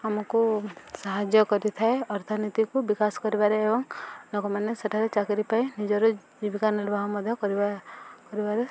ଆମକୁ ସାହାଯ୍ୟ କରିଥାଏ ଅର୍ଥନୀତିକୁ ବିକାଶ କରିବାରେ ଏବଂ ଲୋକମାନେ ସେଠାରେ ଚାକିରି ପାଇଁ ନିଜର ଜୀବିକା ନିର୍ବାହ ମଧ୍ୟ କରିବା କରିବାରେ